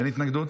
אין התנגדות?